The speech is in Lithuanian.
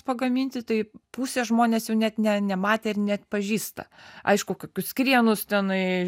pagaminti tai pusė žmonės jau net ne nematė ir neatpažįsta aišku kokius krienus tenai